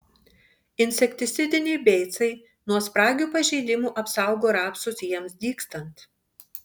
insekticidiniai beicai nuo spragių pažeidimų apsaugo rapsus jiems dygstant